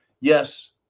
Yes